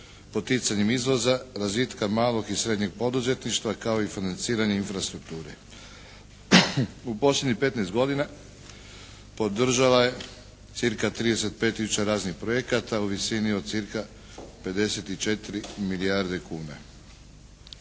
poticanjem izvoza, razvitka malog i srednjeg poduzetništva kao i financiranje infrastrukture. U posljednjih 15 godina podržala je cirka 35000 raznih projekata u visini od cirka 54 milijarde kuna.